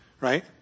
Right